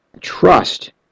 trust